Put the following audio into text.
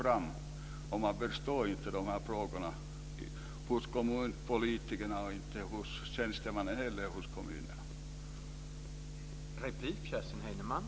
Kommunpolitikerna förstår inte dessa frågor, och det gör inte heller kommunernas tjänstemän.